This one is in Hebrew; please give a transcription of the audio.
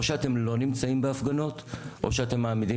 או שאתם לא נמצאים בהפגנות או שאתם מעמידים